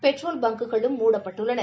petrol bunk களும் மூடப்பட்டுள்ளன